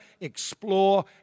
explore